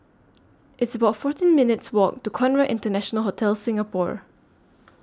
It's about fourteen minutes' Walk to Conrad International Hotel Singapore